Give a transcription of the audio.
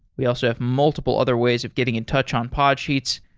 we also have multiple other ways of getting in touch on podsheets.